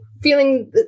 feeling